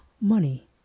money